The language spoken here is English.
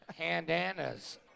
handanas